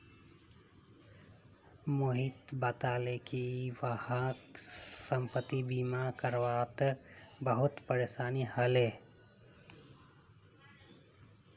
मोहित बताले कि वहाक संपति बीमा करवा त बहुत परेशानी ह ले